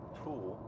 tool